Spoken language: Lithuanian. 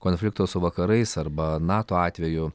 konflikto su vakarais arba nato atveju